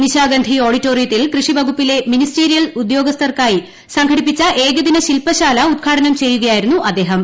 നിശാഗന്ധി ഓഡിറ്റോറിയത്തിൽ കൃഷിവകുപ്പിലെ മിനിസ്റ്റീരിയൽ ഉദ്യോഗസ്ഥർക്കായി സംഘടിപ്പിച്ച ഏകദിന ശില്പശാല ഉദ്ഘാടനം ചെയ്യുകയായിരുന്നു അദ്ദേഹം